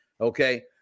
Okay